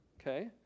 okay